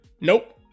Nope